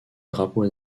drapeau